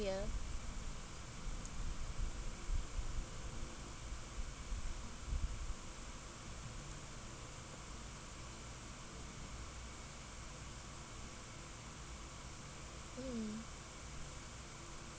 ya mm